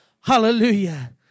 Hallelujah